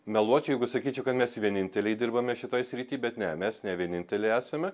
meluočiau jeigu sakyčiau kad mes vieninteliai dirbame šitoj srity bet ne mes ne vieninteliai esame